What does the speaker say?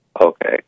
Okay